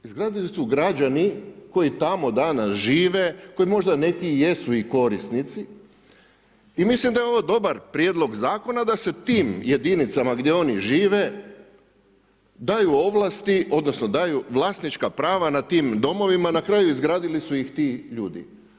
Izgradili su građani koji tamo danas žive, koji možda neki i jesu korisnici i mislim da je ovo dobar prijedlog zakona da se tim jedinicama gdje oni žive daju ovlasti odnosno daju vlasnička prava na tim domovima, na kraju izgradili su ih ti ljudi.